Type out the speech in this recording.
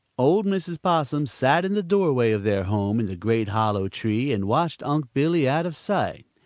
old mrs. possum sat in the doorway of their home in the great hollow tree and watched unc' billy out of sight.